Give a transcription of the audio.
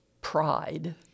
pride